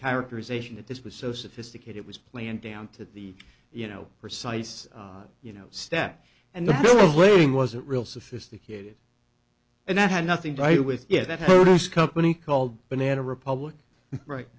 characterization that this was so sophisticated was planned down to the you know precise you know step and the waiting wasn't real sophisticated and that had nothing to do with it that this company called banana republic right